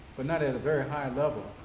but not in a very high level.